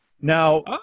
Now